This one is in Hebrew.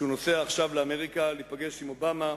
כשהוא נוסע עכשיו לאמריקה להיפגש עם אובמה,